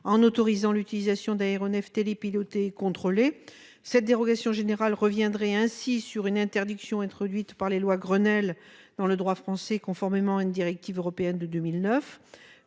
en autorisant l'utilisation d'aéronefs télépilotés et contrôlés. Cette dérogation générale reviendrait ainsi sur une interdiction introduite par les lois Grenelle dans le droit français conformément à une directive européenne de 2009.